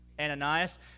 Ananias